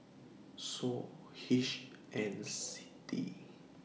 SOU HCI and CITI